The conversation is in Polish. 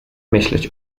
myśleć